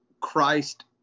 Christ